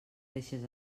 deixes